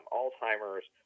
Alzheimer's